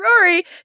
Rory